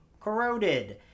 corroded